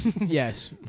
Yes